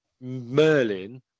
Merlin